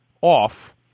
off